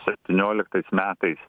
septynioliktais metais